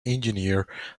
engineer